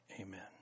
Amen